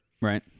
Right